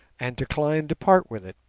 and declined to part with it,